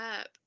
up